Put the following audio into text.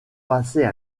passer